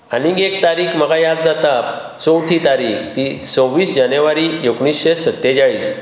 आनीक एक तारीख म्हाका याद जाता चौथी तारीख ती सव्वीस जानेवारी एकुणेशें सत्तेचाळीस